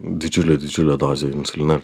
didžiulę didžiulę dozę insulino